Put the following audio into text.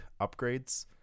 upgrades